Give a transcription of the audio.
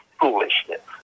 foolishness